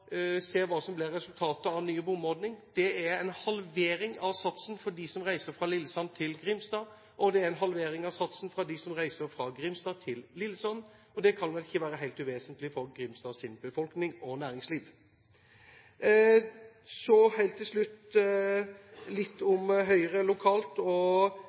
se hva som blir resultatet av ny bomordning: Det er en halvering av satsen for dem som reiser fra Lillesand til Grimstad, og det er en halvering av satsen for dem som reiser fra Grimstad til Lillesand – og det kan vel ikke være helt uvesentlig for Grimstads befolkning og næringsliv. Så helt til slutt litt om Høyre lokalt, og